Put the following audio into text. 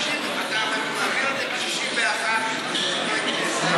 מעביר את זה 61 חברי כנסת,